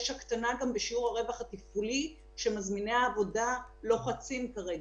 יש הקטנה גם בשיעור הרווח התפעולי שמזמיני העבודה לוחצים כרגע.